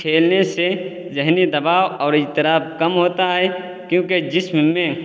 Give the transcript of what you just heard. کھیلنے سے ذہنی دباؤ اور اضطراب کم ہوتا ہے کیونکہ جسم میں